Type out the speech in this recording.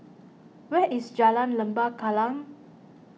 where is Jalan Lembah Kallang